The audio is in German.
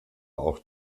auch